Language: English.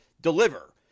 deliver